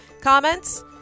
comments